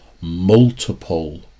multiple